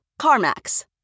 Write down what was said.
CarMax